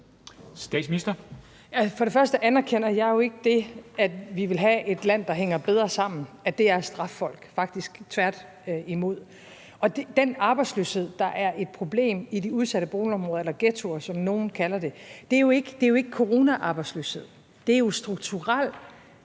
Først anerkender jeg jo ikke, at det, at vi vil have et land, der hænger bedre sammen, er at straffe folk, faktisk tværtimod. Den arbejdsløshed, der er et problem i de udsatte boligområder eller ghettoer, som nogle kalder det, er jo ikke coronaarbejdsløshed. Det er jo en strukturel